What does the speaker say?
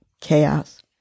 chaos